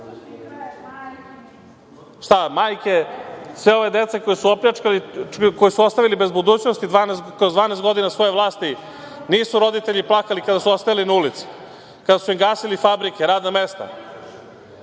suze. Šta, majke sve ove dece koje su ostavili bez budućnosti kroz 12 godina svoje vlasti, nisu roditelji plakali kada su ostajali na ulici, kada su im gasili fabrike, radna mesta?